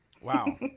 Wow